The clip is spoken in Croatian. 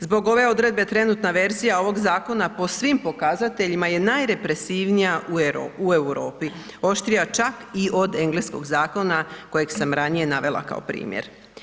Zbog ove odredbe trenutna verzija ovog zakona po svim pokazateljima je najrepresivnija u Europi, oštrija čak i od engleskog zakona kojeg sam ranije navela kao primjer.